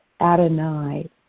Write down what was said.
Adonai